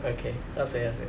okay 喝水喝水